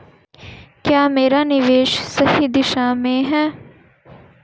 क्या मेरा निवेश सही दिशा में है?